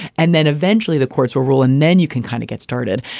and then eventually the courts will rule and then you can kind of get started.